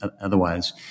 otherwise